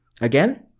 Again